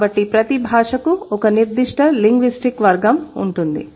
కాబట్టి ప్రతిభాషకు ఒక నిర్దిష్ట లింగ్విస్టిక్ వర్గం ఉంటుంది